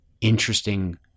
interesting